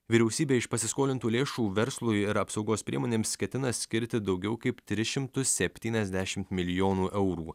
vyriausybė iš pasiskolintų lėšų verslui ir apsaugos priemonėms ketina skirti daugiau kaip tris šimtus septyniasdešimt milijonų eurų